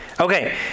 Okay